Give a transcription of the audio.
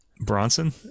Bronson